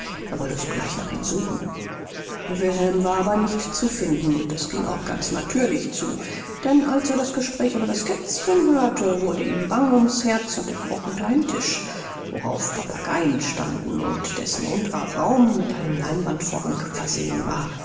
er wolle sogleich nach ihm suchen wilhelm war aber nicht zu finden und das ging auch ganz natürlich zu denn als er das gespräch über das kätzchen hörte wurde ihm bang ums herz und er kroch unter einen tisch worauf papageien standen und dessen unterer raum mit einem leinwandvorhang versehen war